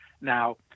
Now